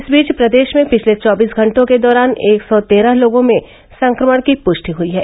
इस बीच प्रदेश में पिछले चौबीस घटों के दौरान एक सौ तेरह लोगों में संक्रमण की पुष्टि हुयी है